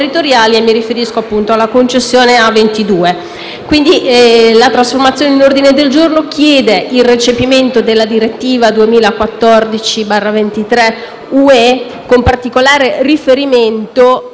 (e mi riferisco appunto alla concessione sull'autostrada A22). Con la trasformazione in ordine del giorno si chiede il recepimento della Direttiva 2014/23/UE, con particolare riferimento